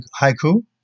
haiku